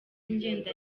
ngenda